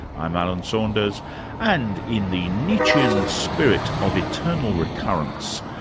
i'm alan saunders and in the nietzschean spirit of eternal recurrence,